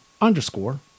underscore